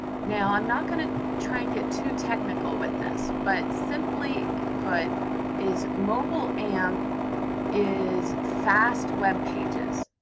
now, i'm not going to try and get too technical with this. but simply put is mobile amp is fast web pages.